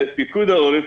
שפיקוד העורף,